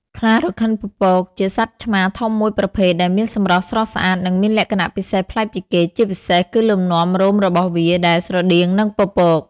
ខ្លារខិនពពក ជាសត្វឆ្មាធំមួយប្រភេទដែលមានសម្រស់ស្រស់ស្អាត និងមានលក្ខណៈពិសេសប្លែកពីគេ ជាពិសេសគឺលំនាំរោមរបស់វាដែលស្រដៀងនឹងពពក